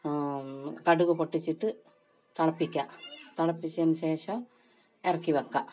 കടുക് പൊട്ടിച്ചിട്ട് തിളപ്പിക്കുക തിളപ്പിച്ചതിന് ശേഷം ഇറക്കി വയ്ക്കുക